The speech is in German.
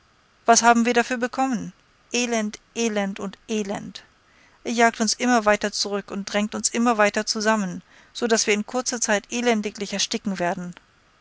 was haben wir dafür bekommen elend elend und elend ihr jagt uns immer weiter zurück und drängt uns immer weiter zusammen so daß wir in kurzer zeit elendiglich ersticken werden